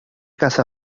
casa